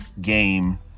game